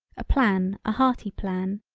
a plan a hearty plan,